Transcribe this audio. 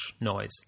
noise